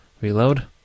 reload